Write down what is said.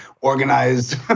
organized